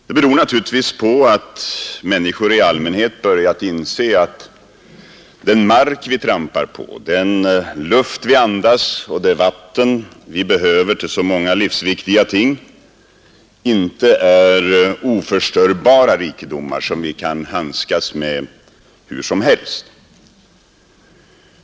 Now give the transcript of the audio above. Det beror naturligtvis på att människor i allmänhet har börjat inse att den mark vi trampar på, den luft vi andas och det vatten vi behöver till så många livsviktiga ting inte är oförstörbara rikedomar som vi kan handskas med hur som helst.